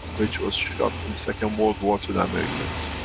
which was shot in second world war, to the americans.